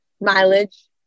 mileage